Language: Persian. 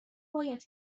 باید